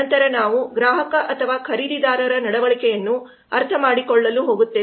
ನಂತರ ನಾವು ಗ್ರಾಹಕ ಅಥವಾ ಖರೀದಿದಾರರ ನಡವಳಿಕೆಯನ್ನು ಅರ್ಥಮಾಡಿಕೊಳ್ಳಲು ಹೋಗುತ್ತೇವೆ